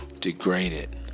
Degraded